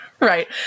Right